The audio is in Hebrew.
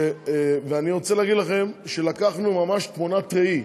ואני רוצה להגיד לכם שלקחנו ממש תמונת ראי,